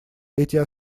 эти